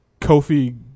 Kofi